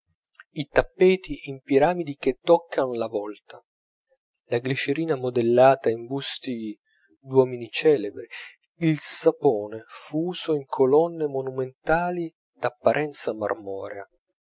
i tappeti in piramidi che toccan la vlta la glicerina modellata in busti d'uomini celebri il sapone fuso in colonne monumentali d'apparenza marmorea